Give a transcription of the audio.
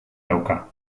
dauka